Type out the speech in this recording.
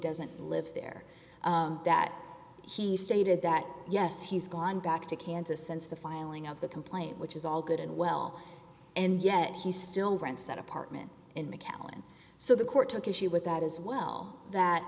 doesn't live there that he stated that yes he's gone back to kansas since the filing of the complaint which is all good and well and yet he still rents that apartment in macau and so the court took issue with that as well that